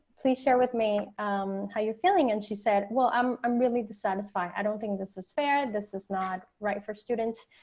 please share with me how you're feeling. and she said, well, um i'm really dissatisfied, i don't think this is fair. this is not right for students,